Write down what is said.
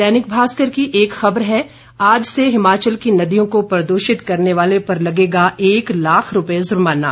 दैनिक भास्कर की एक खबर है आज से हिमाचल की नदियों को प्रदूषित करने वाले पर लगेगा एक लाख रूपए जुर्माना